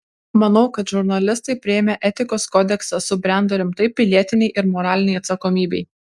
manau kad žurnalistai priėmę etikos kodeksą subrendo rimtai pilietinei ir moralinei atsakomybei